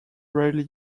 rarely